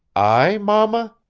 i, mama?